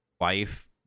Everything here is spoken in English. wife